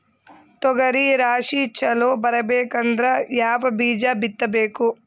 ತೊಗರಿ ರಾಶಿ ಚಲೋ ಬರಬೇಕಂದ್ರ ಯಾವ ಬೀಜ ಬಿತ್ತಬೇಕು?